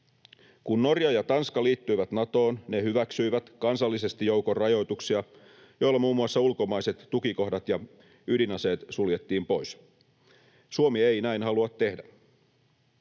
Kun Norja ja Tanska liittyivät Natoon, ne hyväksyivät kansallisesti joukon rajoituksia, joilla muun muassa ulkomaiset tukikohdat ja ydinaseet suljettiin pois. Suomi ei näin halua tehdä.